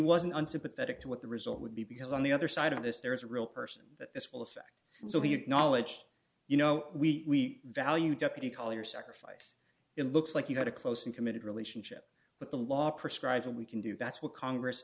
wasn't unsympathetic to what the result would be because on the other side of this there is a real person that this will affect so he acknowledged you know we value deputy collyer sacrifice it looks like you had a close and committed relationship with the law prescribes and we can do that's what congress